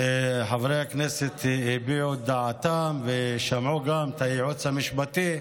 וחברי הכנסת הביעו את דעתם ושמעו גם את היועץ המשפטי.